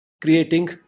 creating